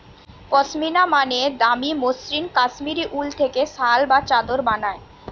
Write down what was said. পশমিনা মানে দামি মসৃণ কাশ্মীরি উল থেকে শাল বা চাদর বানায়